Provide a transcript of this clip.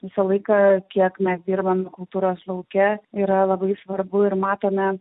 visą laiką kiek mes dirba kultūros lauke yra labai svarbu ir matome